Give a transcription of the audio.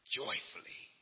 joyfully